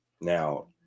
now